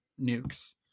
nukes